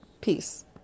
peace